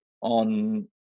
on